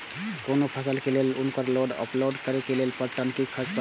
कोनो फसल के लेल उनकर लोड या अनलोड करे के लेल पर टन कि खर्च परत?